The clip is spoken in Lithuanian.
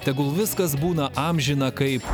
tegul viskas būna amžina kaip